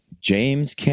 James